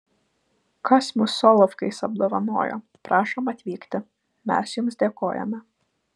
kas mus solovkais apdovanojo prašom atvykti mes jums dėkojame